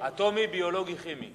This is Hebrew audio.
אטומי, ביולוגי, כימי.